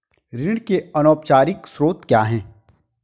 ऋण के अनौपचारिक स्रोत क्या हैं?